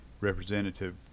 representative